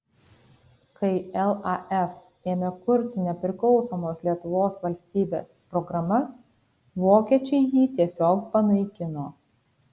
kai laf ėmė kurti nepriklausomos lietuvos valstybės programas vokiečiai jį tiesiog panaikino